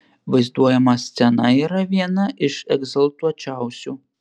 vaizduojama scena yra viena iš egzaltuočiausių